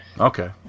Okay